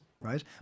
right